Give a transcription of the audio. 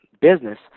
business